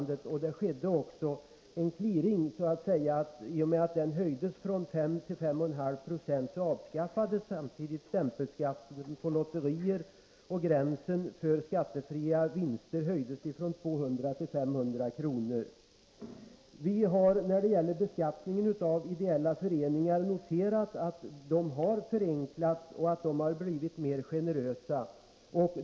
Det skedde också en clearing; i och med att skatten höjdes från S till 5 1/2 90 avskaffades stämpelskatten på lotterier, och gränsen för skattefria vinster höjdes från 200 till 500 kr. När det gäller beskattning av ideella föreningar har vi noterat att reglerna har förenklats och blivit mera generösa.